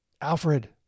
Alfred